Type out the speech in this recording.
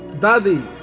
Daddy